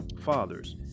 fathers